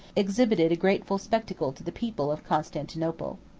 exhibited a grateful spectacle to the people of constantinople.